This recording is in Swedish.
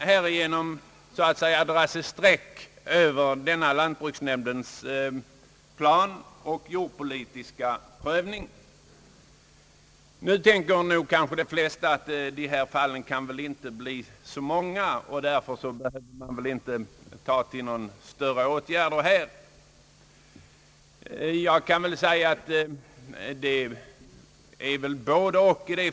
Härigenom kan dras ett streck över lantbruksnämndens jordpolitiska prövning och planläggning. Nu tänker de flesta att dessa fall inte kan bli så många och därför inte fordrar några större åtgärder, men det är nog si och så med den saken.